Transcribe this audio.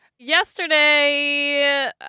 Yesterday